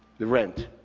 the rent,